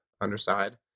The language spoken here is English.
underside